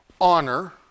honor